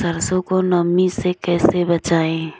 सरसो को नमी से कैसे बचाएं?